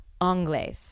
Anglais